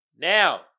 Now